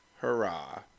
hurrah